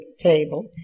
table